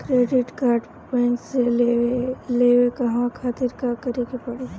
Credit card bank से लेवे कहवा खातिर का करे के पड़ी?